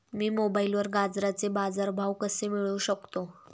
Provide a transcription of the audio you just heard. मी मोबाईलवर गाजराचे बाजार भाव कसे मिळवू शकतो?